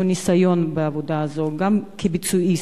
ניסיון בעבודה הזאת אלא גם כביצועיסט,